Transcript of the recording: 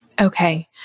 Okay